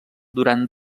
durant